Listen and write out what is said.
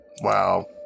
Wow